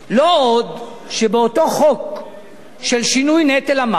ועוד, באותו חוק של שינוי נטל המס